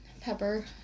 Pepper